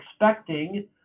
expecting